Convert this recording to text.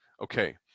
Okay